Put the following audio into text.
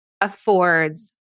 affords